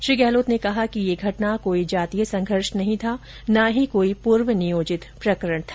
श्री गहलोत ने कहा है कि यह घटना कोई जातीय संघर्ष नहीं था न ही कोई पूर्व नियोजित प्रकरण था